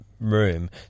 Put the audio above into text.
room